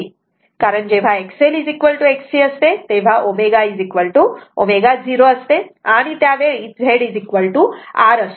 कारण जेव्हा XLXC असते तेव्हा ωω0 असते आणि त्या वेळी Z R असतो